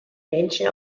menschen